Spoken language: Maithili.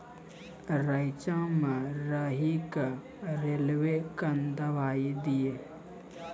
रेचा मे राही के रेलवे कन दवाई दीय?